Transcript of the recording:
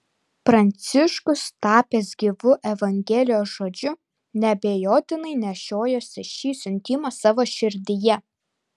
pranciškus tapęs gyvu evangelijos žodžiu neabejotinai nešiojosi šį siuntimą savo širdyje